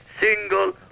single